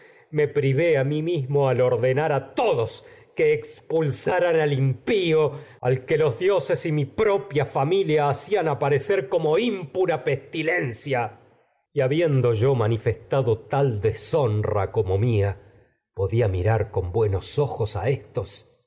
me privé mí mismo al ordenar todos que expulsaran al impío aparecer al que los dioses y mi propia familia hacían y como impura pestilencia habiendo yo manifestado tragedias de sófocles tal deshonra como mía podía mirar con buenos ojos a éstos